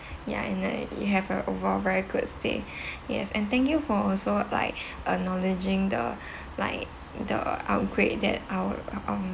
ya in a you have a overall very good stay yes and thank you for also like acknowledging the like the upgrade that our um